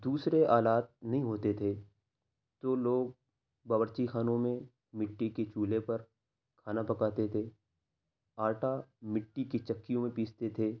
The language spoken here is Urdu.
دوسرے آلات نہیں ہوتے تھے جو لوگ باورچی خانوں میں مٹی کے چولہے پر کھانا پکاتے تھے آٹا مٹی کی چکیوں میں پیستے تھے